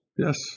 Yes